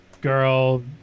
girl